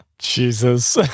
Jesus